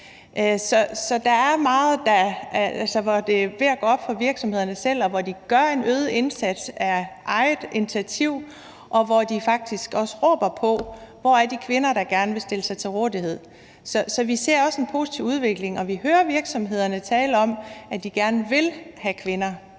Så der er meget, der viser, at det er ved at gå op for virksomhederne, og at de gør en øget indsats på eget initiativ og faktisk også råber på kvinder, der gerne vil stille sig til rådighed. Så vi ser også en positiv udvikling, og vi hører virksomhederne tale om, at de gerne vil have kvinder.